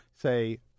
say